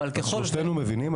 אבל ככל --- שלושתנו מבינים,